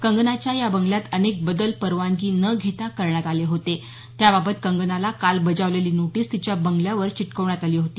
कंगनाच्या या बंगल्यात अनेक बदल परवानगी न घेता करण्यात आले होते त्याबाबत कंगनाला काल बजावलेली नोटीस तिच्या बंगल्यावर चिकटवण्यात आली होती